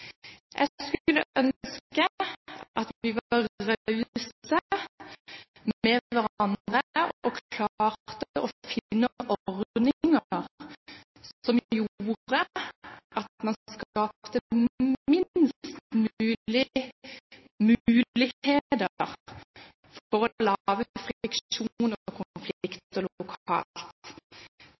Jeg skulle ønske at vi var rause med hverandre og klarte å finne ordninger som gjorde at man skapte minst mulig muligheter for